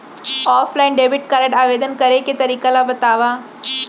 Offline debit card आवेदन करे के तरीका ल बतावव?